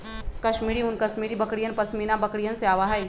कश्मीरी ऊन कश्मीरी बकरियन, पश्मीना बकरिवन से आवा हई